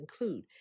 include